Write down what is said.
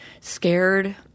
scared